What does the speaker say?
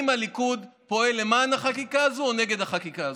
אם הליכוד פועל למען החקיקה הזאת או נגד החקיקה הזאת.